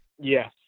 yes